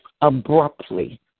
abruptly